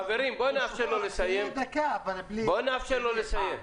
חברים, בואו נאפשר לו לסיים.